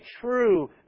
true